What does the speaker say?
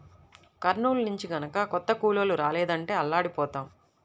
కర్నూలు నుంచి గనక కొత్త కూలోళ్ళు రాలేదంటే అల్లాడిపోతాం